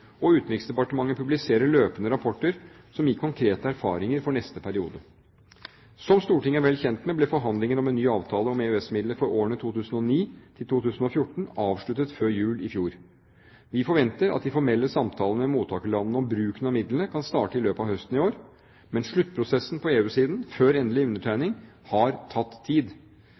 og Utenriksdepartementet publiserer løpende rapporter som gir konkrete erfaringer for neste periode. Som Stortinget er vel kjent med, ble forhandlingene om en ny avtale om EØS-midler for årene 2009 til 2014 avsluttet før jul i fjor. Vi forventer at de formelle samtalene med mottakerlandene om bruken av midlene kan starte i løpet av høsten i år. Men sluttprosessen på EU-siden før endelig undertegning har tatt tid.